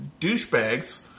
douchebags